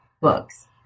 books